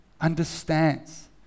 understands